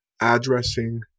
addressing